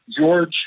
George